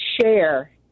share